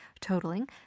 totaling